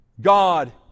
God